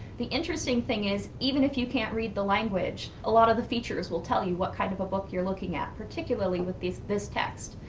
the interesting thing is even if you can't read the language, a lot of the features will tell you what kind of a book you looking at. particularly with this this text.